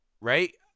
Right